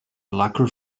lacquer